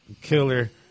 killer